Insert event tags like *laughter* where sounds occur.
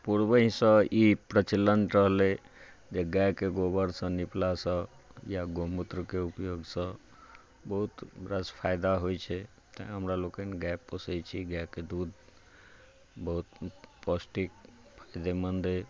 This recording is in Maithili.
पूर्वेसँ ई प्रचलन रहै जे गाय के गोबर सॅं निपलासँ या गौ मूत्र के उपयोगसँ बहुत रास फायदा होइ छै तैं हमरा लोकनि गाय पोसै छी गाय के दूध बहुत पौष्टिक *unintelligible*